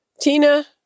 Tina